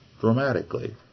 dramatically